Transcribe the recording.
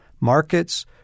markets